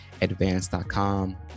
advance.com